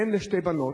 אם לשתי בנות,